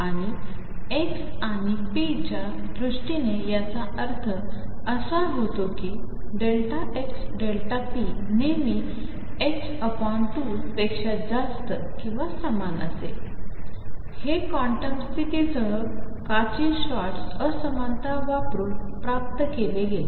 आणि x आणि p च्यादृष्टीनेयाचाअर्थअसाहोताकी ΔxΔp नेहमीℏ2 पेक्षाजास्तकिंवासमानअसेल हेक्वांटमस्थितीसहकाचीश्वार्टझअसमानतावापरूनप्राप्तकेलेगेले